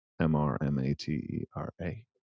M-R-M-A-T-E-R-A